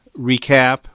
recap